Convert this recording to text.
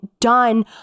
done